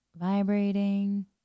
vibrating